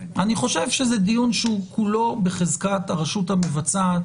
אני חושב שזה דיון שהוא כולו בחזקת הרשות המבצעת